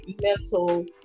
mental